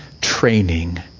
training